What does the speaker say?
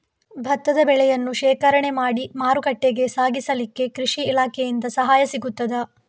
ಭತ್ತದ ಬೆಳೆಯನ್ನು ಶೇಖರಣೆ ಮಾಡಿ ಮಾರುಕಟ್ಟೆಗೆ ಸಾಗಿಸಲಿಕ್ಕೆ ಕೃಷಿ ಇಲಾಖೆಯಿಂದ ಸಹಾಯ ಸಿಗುತ್ತದಾ?